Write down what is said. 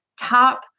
top